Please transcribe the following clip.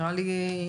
נראה לי א'-ב'.